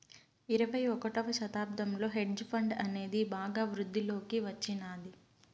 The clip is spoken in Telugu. ఇరవై ఒకటవ శతాబ్దంలో హెడ్జ్ ఫండ్ అనేది బాగా వృద్ధిలోకి వచ్చినాది